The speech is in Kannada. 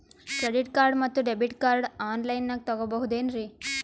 ಕ್ರೆಡಿಟ್ ಕಾರ್ಡ್ ಮತ್ತು ಡೆಬಿಟ್ ಕಾರ್ಡ್ ಆನ್ ಲೈನಾಗ್ ತಗೋಬಹುದೇನ್ರಿ?